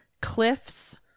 cliffs